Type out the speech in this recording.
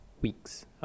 Weeks